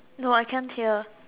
no I can't hear